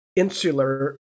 Insular